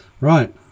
Right